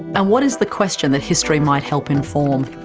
and what is the question that history might help inform?